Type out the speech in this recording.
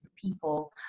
people